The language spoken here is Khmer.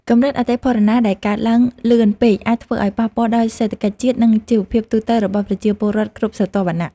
កម្រិតអតិផរណាដែលកើនឡើងលឿនពេកអាចធ្វើឱ្យប៉ះពាល់ដល់សេដ្ឋកិច្ចជាតិ និងជីវភាពទូទៅរបស់ប្រជាពលរដ្ឋគ្រប់ស្រទាប់វណ្ណៈ។